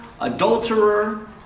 adulterer